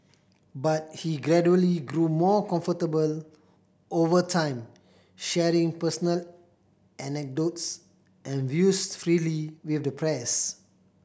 but he gradually grew more comfortable over time sharing personal anecdotes and views freely with the press